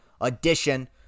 edition